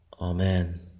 Amen